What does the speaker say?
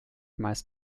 meist